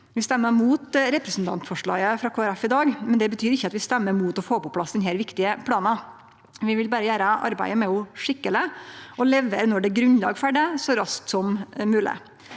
Vi stemmer imot representantforslaget frå Kristeleg Folkeparti i dag, men det betyr ikkje at vi stemmer imot å få på plass denne viktige planen. Vi vil berre gjere arbeidet med han skikkeleg og levere når det er grunnlag for det, så raskt som mogleg.